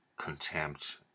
contempt